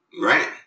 right